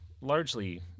largely